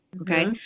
Okay